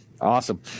Awesome